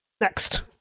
Next